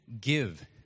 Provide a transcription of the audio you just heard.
give